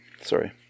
Sorry